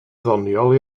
ddoniol